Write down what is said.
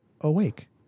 awake